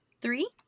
Three